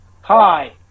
Hi